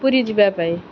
ପୁରୀ ଯିବା ପାଇଁ